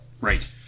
Right